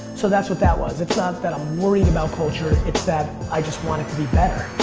so that's what that was. it's not that i'm worried about culture. it's that i want it to be better.